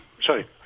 Sorry